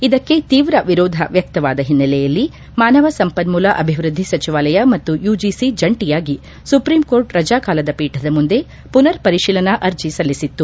ಇದಕ್ಕೆ ತೀವ್ರ ವಿರೋಧ ವ್ಯಕ್ತವಾದ ಹಿನ್ನೆಲೆಯಲ್ಲಿ ಮಾನವ ಸಂಪನ್ಮೂಲ ಅಭಿವೃದ್ಧಿ ಸಚಿವಾಲಯ ಮತ್ತು ಯುಜಿಸಿ ಜಂಟಿಯಾಗಿ ಸುಪ್ರೀಂ ಕೋರ್ಟ್ ರಜಾಕಾಲದ ಪೀಠದ ಮುಂದೆ ಪುನರ್ ಪರಿಶೀಲನಾ ಅರ್ಜಿ ಸಲ್ಲಿಸಿತ್ತು